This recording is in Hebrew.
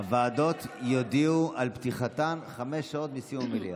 הוועדות יודיעו על פתיחתן חמש שעות מסיום המליאה.